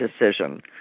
Decision